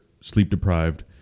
sleep-deprived